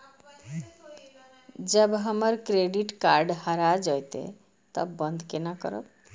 जब हमर credit card हरा जयते तब बंद केना करब?